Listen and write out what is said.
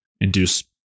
induce